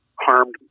harmed